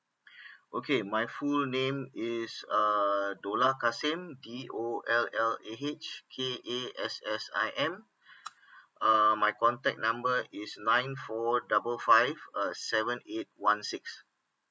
okay my full name is uh dollah kassim D O L L A H K A S S I M uh my contact number is nine four double five uh seven eight one six